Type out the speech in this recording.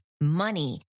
money